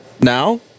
Now